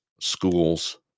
schools